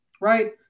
right